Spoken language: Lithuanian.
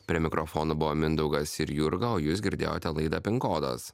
prie mikrofono buvo mindaugas ir jurga jūs girdėjote laidą pinkodas